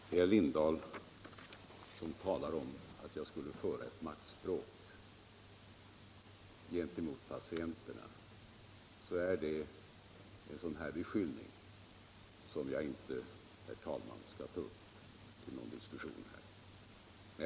Herr Lindahls i Hamburgsund tal om att jag skulle föra ett maktspråk gentemot patienterna är en sådan beskyllning som jag, herr talman, inte skall ta upp till någon diskussion.